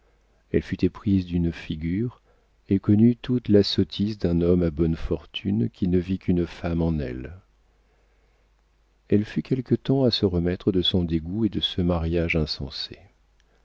elle fut éprise d'une figure et connut toute la sottise d'un homme à bonnes fortunes qui ne vit qu'une femme en elle elle fut quelque temps à se remettre de son dégoût et de ce mariage insensé